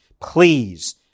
please